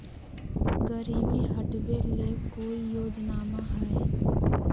गरीबी हटबे ले कोई योजनामा हय?